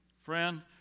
Friend